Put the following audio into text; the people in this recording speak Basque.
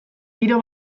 tiro